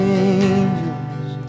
angels